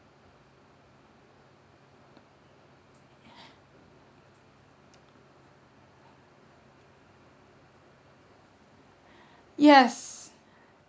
yes